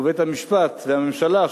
ובית-המשפט והממשלה,